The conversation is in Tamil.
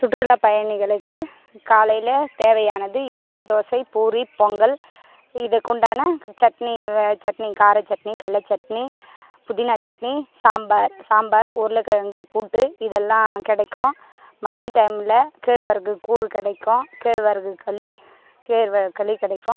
சுற்றுலா பயணிகளுக்கு காலையில் தேவையானது இட்லி தோசை பூரி பொங்கல் இதுக்கு உண்டான சட்னி வ சட்னி காரச்சட்னி கல்லைச்சட்னி புதினாச்சட்னி சாம்பார் சாம்பார் உருளைக்கெழங்கு கூட்டு இதெல்லாம் கிடைக்கும் மதிய டைம்மில் கேழ்வரகு கூழ் கிடைக்கும் கேழ்வரகு களி கேழ்வரகு களி கிடைக்கும்